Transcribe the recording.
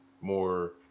more